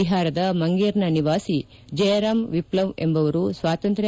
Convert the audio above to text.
ಬಿಹಾರದ ಮಂಗೇರ್ನ ನಿವಾಸಿ ಜಯರಾಮ್ ವಿಪ್ಲವ್ ಎಂಬುವರು ಸ್ವಾತಂತ್ರ್